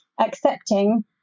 accepting